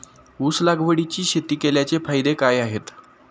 ऊस लागवडीची शेती केल्याचे फायदे काय आहेत?